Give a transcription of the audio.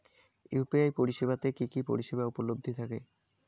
UPI পরিষেবা তে কি কি পরিষেবা উপলব্ধি থাকে?